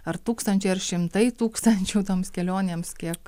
ar tūkstančiai ar šimtai tūkstančių toms kelionėms kiek